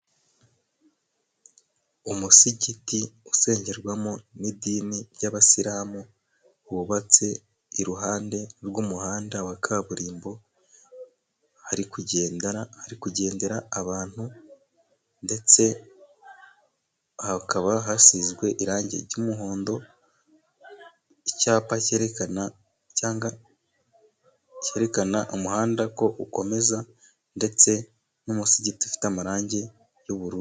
Umusigiti usengerwamo n'idini ry'abasilamu, wubatse iruhande rw'umuhanda wa kaburimbo, harikugendera abantu, ndetse hakaba hasizwe irangi ry'umuhondo, icyapa cyerekana cyangwa cyerekana umuhanda ko ukomeza , ndetse n'umusigiti ufite amarangi y'ubururu.